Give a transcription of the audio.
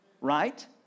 Right